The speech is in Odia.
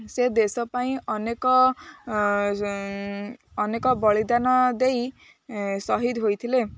ସେ ଦେଶ ପାଇଁ ଅନେକ ଅନେକ ବଳିଦାନ ଦେଇ ସହିଦ ହୋଇଥିଲେ